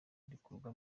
rikorwa